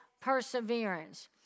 perseverance